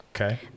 Okay